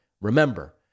remember